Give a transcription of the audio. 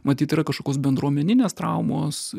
matyt yra kažkokios bendruomeninės traumos